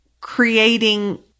creating